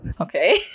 Okay